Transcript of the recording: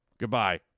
goodbye